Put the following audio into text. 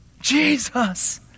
Jesus